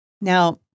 Now